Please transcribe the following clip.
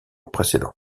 précédent